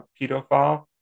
pedophile